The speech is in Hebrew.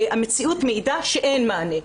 המציאות מעידה שאין מענה.